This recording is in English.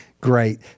great